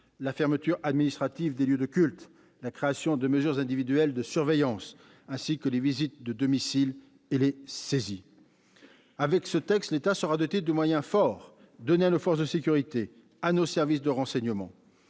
la fermeture administrative des lieux de culte, la création de mesures individuelles de surveillance, ainsi que les visites de domiciles et les saisies. Avec ce texte, l'État sera doté de moyens forts au profit de nos forces de sécurité et de nos services de renseignement.